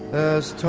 as